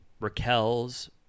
Raquel's